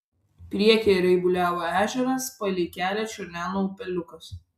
priekyje raibuliavo ežeras palei kelią čiurleno upeliukas